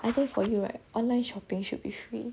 I think for you right online shopping should be free